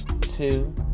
two